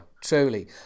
truly